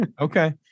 Okay